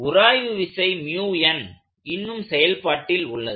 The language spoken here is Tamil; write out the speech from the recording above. உராய்வு விசை இன்னும் செயல்பாட்டில் உள்ளது